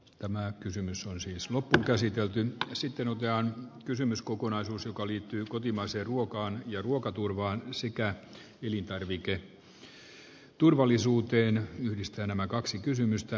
tämä kysymys on siis mutta käsiteltiin sitten oikean kysymyskokonaisuus joka liittyy kotimaiseen vuokaan ja siinä toivotaan kyllä eduskunnalta tukea